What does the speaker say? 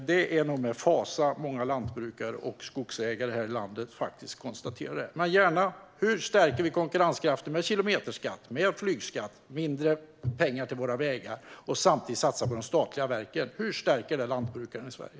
Det är nog med fasa många lantbrukare och skogsägare här i landet konstaterar detta. Men svara gärna på hur vi stärker konkurrenskraften med kilometerskatt, flygskatt och mindre pengar till våra vägar, samtidigt som vi satsar på de statliga verken. Hur stärker detta lantbrukarna i Sverige?